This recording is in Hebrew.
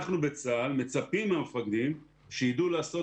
אנחנו בצבא מצפים מהמפקדים שידעו לעשות